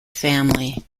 family